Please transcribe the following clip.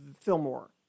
Fillmore